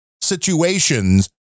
situations